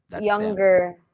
younger